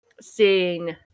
seeing